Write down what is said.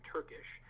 Turkish